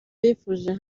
bifuje